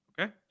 okay